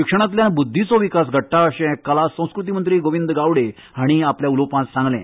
शिक्षणाच्या बुद्धीचो विकास घडटा अशें कला संस्कृती मंत्री गोविंद गावडे हांणी आपल्या उलोवपांत सांगलें